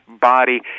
body